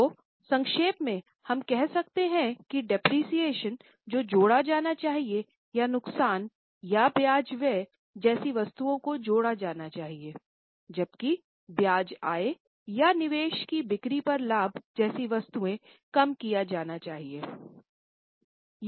तो संक्षेप में हम कह सकते हैं कि डेप्रिसिएशन को जोड़ा जाना चाहिए या नुकसान या ब्याज व्यय जैसी वस्तुओं को जोड़ा जाना चाहिए जबकि ब्याज आय या निवेश की बिक्री पर लाभ जैसी वस्तुएँ कम किया जाना चाहिये